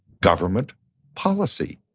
government policy.